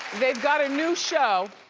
they've got a new show,